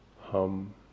hum